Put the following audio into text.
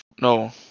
No